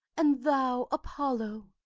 and thou apollo,